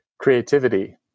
Creativity